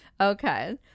okay